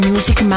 Music